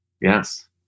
Yes